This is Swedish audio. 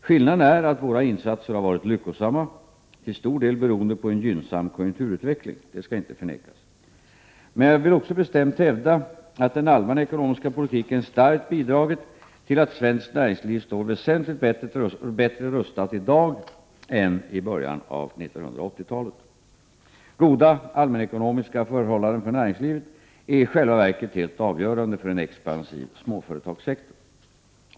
Skillnaden är att våra insatser har varit lyckosamma — till stor del beroende på en gynnsam konjunkturutveckling, det skall inte förnekas. Men jag vill också bestämt hävda att den allmänna ekonomiska politiken starkt bidragit till att svenskt näringsliv står väsentligt bättre rustat i dag än i början av 1980-talet. Goda allmänekonomiska förhållanden för näringslivet är i själva verket helt avgörande för en expansiv småföretagssektor.